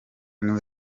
nibwo